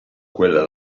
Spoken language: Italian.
quella